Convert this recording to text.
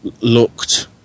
looked